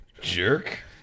jerk